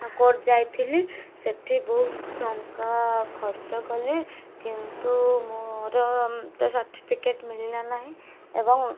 court ଯାଇଥିଲି ସେଇଠି ବହୁତ ଟଙ୍କା ଖର୍ଚ୍ଚ କଲି କିନ୍ତୁ ମୋର ତ ସାର୍ଟିଫିକେଟ୍ ମିଳିଲା ନାହିଁ ଏବଂ